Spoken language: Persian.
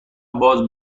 باز